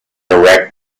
erect